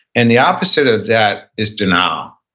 and the opposite of that is denial,